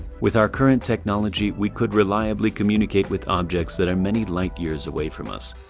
with our current technology, we could reliably communicate with objects that are many light years away from us,